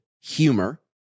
humor